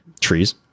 trees